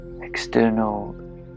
external